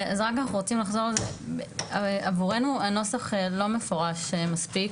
אז רק אנחנו רוצים לחזור על זה שעבורנו הנוסח למפורש מספיק.